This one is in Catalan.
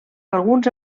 alguns